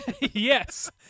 yes